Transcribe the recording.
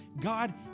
God